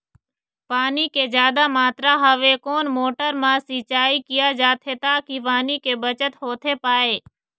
पानी के जादा मात्रा हवे कोन मोटर मा सिचाई किया जाथे ताकि पानी के बचत होथे पाए?